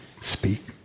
speak